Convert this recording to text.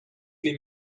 les